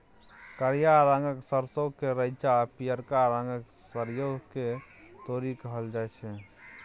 करिया रंगक सरसों केँ रैंचा आ पीयरका रंगक सरिसों केँ तोरी कहल जाइ छै